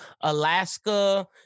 Alaska